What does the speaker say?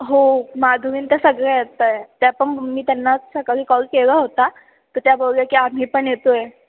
हो माधवी न त्या सगळ्या येत आहे त्या पण मी त्यांना सकाळी कॉल केला होता तर त्या बोलल्या की आम्ही पण येतो आहे